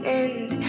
end